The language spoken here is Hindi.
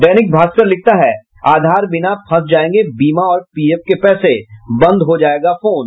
दैनिक भास्कर लिखता है आधार बिना फंस जायेंगे बीमा और पीएफ के पैसे बंद हो जायेगा फोन